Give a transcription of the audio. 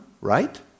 right